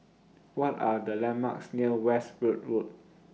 What Are The landmarks near Westwood Road